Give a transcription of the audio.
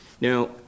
Now